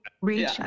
Reach